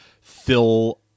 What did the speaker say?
Phil